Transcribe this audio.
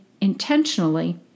intentionally